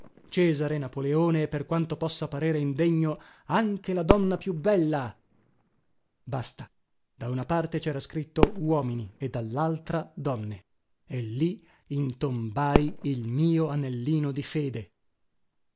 cesare napoleone e per quanto possa parere indegno anche la donna più bella basta da una parte cera scritto uomini e dallaltra donne e lì intombai il mio anellino di fede